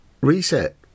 reset